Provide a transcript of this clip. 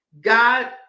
God